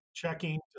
checking